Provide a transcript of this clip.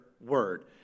word